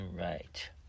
right